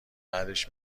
بعدش